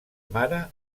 mare